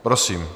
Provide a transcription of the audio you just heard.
Prosím.